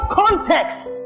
context